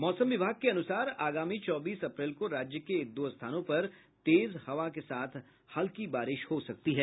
मौसम विभाग के अनुसार आगामी चौबीस अप्रैल को राज्य के एक दो स्थानों पर तेज हवा के साथ हल्की बारिश हो सकती है